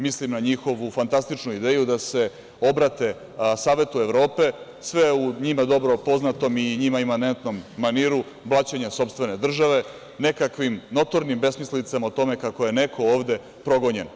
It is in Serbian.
Mislim na njihovu fantastičnu ideju da se obrate Savetu Evrope, sve u njima dobro poznatom i njima eminentnom maniru blaćenja sopstvene države nekakvim notornim besmislicama o tome kako je neko ovde progonjen.